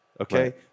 Okay